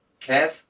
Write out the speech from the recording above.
Kev